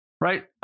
Right